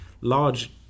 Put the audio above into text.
Large